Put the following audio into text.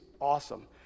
awesome